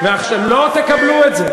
לא תקבלו את זה.